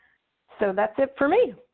so that's it for me.